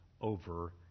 over